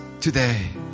today